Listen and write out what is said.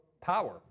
power